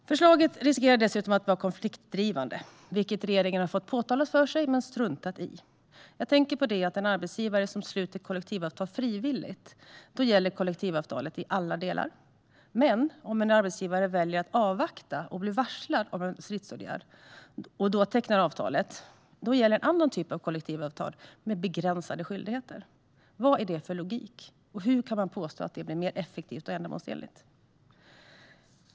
Förslaget riskerar dessutom att vara konfliktdrivande, vilket regeringen har fått påtalat för sig men struntat i. Jag tänker på det att om en arbetsgivare sluter kollektivavtal frivilligt gäller kollektivavtalet i alla delar. Men om en arbetsgivare väljer att avvakta, blir varslad om stridsåtgärd och då tecknar avtal, då gäller en annan typ av kollektivavtal med begränsade skyldigheter. Vad är det för logik, och hur kan man påstå att det blir mer effektivt och ändamålsenligt?